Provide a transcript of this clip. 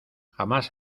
jamás